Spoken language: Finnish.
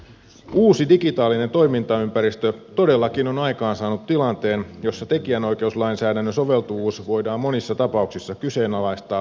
uusi digitaalinen toimintaympäristö todellakin on aikaansaanut tilanteen jossa tekijänoikeuslainsäädännön soveltuvuus voidaan monissa tapauksissa kyseenalaistaa vanhanaikaisena